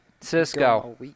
Cisco